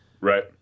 Right